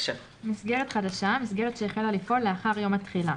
""מסגרת חדשה" מסגרת שהחלה לפעול לאחר יום התחילה,